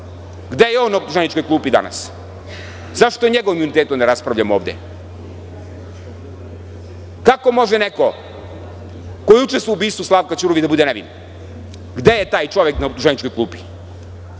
gde je on na optuženičkoj klupi danas? Zašto o njegovom imunitetu ne raspravljamo danas? Kako može neko ko je učestvovao u ubistvu Slavka Ćuruvije da bude nevin? Gde je taj čovek na optuženičkoj klupi?